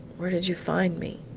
where did you find me?